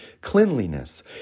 cleanliness